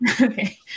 Okay